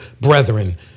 brethren